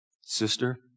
sister